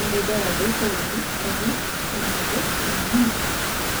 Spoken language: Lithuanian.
jie regėjo daug audrų karų ir mažai ramių metų